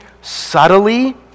subtly